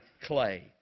clay